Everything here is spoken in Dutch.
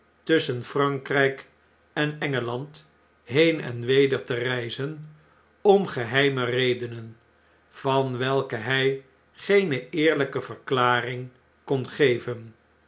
geweest tusschenfrankrijk en engel and heen en weder te reizen om geheime redenen van welke hj geene eerljjke verklaring kon geven